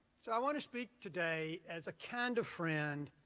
so i want to speak today as a kind of friend,